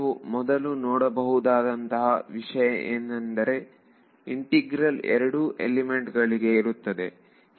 ನೀವು ಮೊದಲು ನೋಡಬಹುದಾದಂತಹ ವಿಷಯ ಎಂದರೆ ಇಂಟಿಗ್ರಲ್ ಏರಡೂ ಎಲಿಮೆಂಟ್ ಗಳಿಗೆ ಇರುತ್ತದೆ